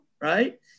right